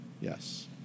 Yes